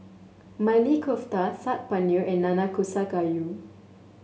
Maili Kofta Saag Paneer and Nanakusa Gayu